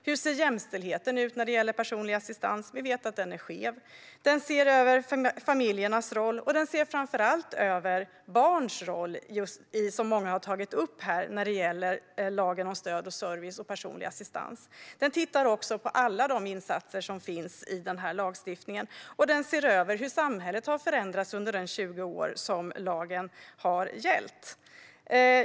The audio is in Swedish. Hur ser jämställdheten ut när det gäller personlig assistans? Vi vet att den är skev. Utredningen ser också över familjernas roll, och den ser framför allt över barns roll, som så många har tagit upp här, när det gäller lagen om stöd och service och personlig assistans. Utredningen tittar också på alla de insatser som finns i den här lagstiftningen, och den ser över hur samhället har förändrats under de 20 år som lagen har gällt.